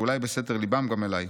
ואולי בסתר ליבם גם אליי.